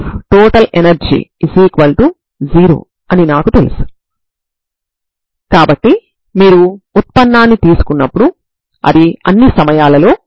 దీనిని మీరు నిజంగా చూపించగలరు